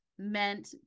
meant